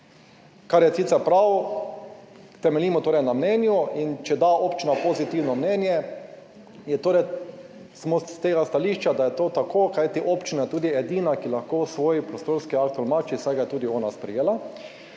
kar je sicer prav. Temeljimo torej na mnenju in, če da občina pozitivno mnenje, je torej, smo s tega stališča, da je to tako, kajti občina je tudi edina, ki lahko svoj prostorski akt tolmači, saj ga je tudi ona sprejela,